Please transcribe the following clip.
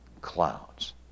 clouds